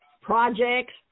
projects